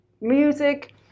music